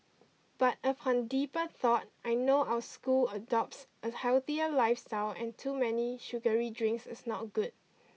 but upon deeper thought I know our school adopts a healthier lifestyle and too many sugary drinks is not good